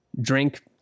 drink